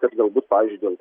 kad galbūt pavyzdžiui dėl